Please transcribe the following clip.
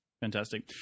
fantastic